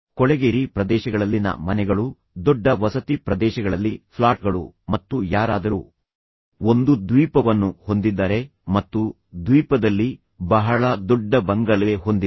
ಕೊಳೆಗೇರಿ ಪ್ರದೇಶಗಳಲ್ಲಿನ ಮನೆಗಳು ದೊಡ್ಡ ವಸತಿ ಪ್ರದೇಶಗಳಲ್ಲಿ ಫ್ಲಾಟ್ಗಳು ಮತ್ತು ಯಾರಾದರೂ ಒಂದು ದ್ವೀಪವನ್ನು ಹೊಂದಿದ್ದಾರೆ ಮತ್ತು ದ್ವೀಪದಲ್ಲಿ ಬಹಳ ದೊಡ್ಡ ಬಂಗಲೆ ಹೊಂದಿದ್ದಾರೆ